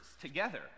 together